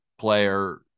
player